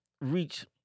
reach